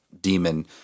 demon